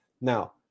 Now